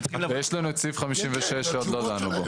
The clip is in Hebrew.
יש לנו את סעיף 56 שעוד לא דנו בו.